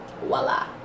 voila